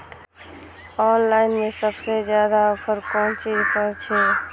Online में सबसे ज्यादा ऑफर कोन चीज पर छे?